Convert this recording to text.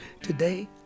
Today